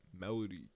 Melody